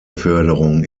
förderung